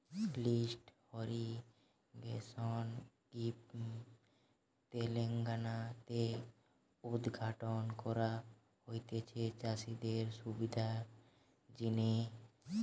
lift irrigation scheme Telangana তে উদ্ঘাটন করা হতিছে চাষিদের সুবিধার জিনে